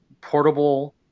portable